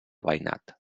veïnat